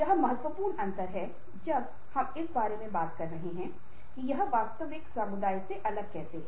कर्मचारियों की मांगें क्या हैं